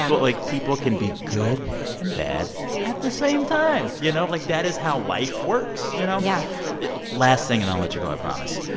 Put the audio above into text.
yeah but like, people can be good and bad at the same time, you know? like, that is how life works, you know? yeah yeah last thing, and i'll let you go i promise.